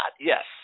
Yes